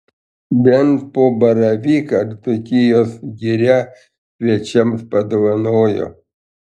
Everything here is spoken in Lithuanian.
bent po baravyką dzūkijos giria svečiams padovanojo